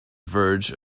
verge